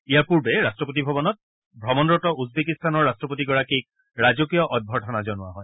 ইয়াৰ পূৰ্বে ৰাট্টপতি ভৱনত ভ্ৰমণৰত উজবেকিস্তানৰ ৰাট্টপতিগৰাকীক ৰাজকীয় অভ্যৰ্থনা জনোৱা হয়